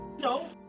no